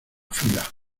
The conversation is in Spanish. fila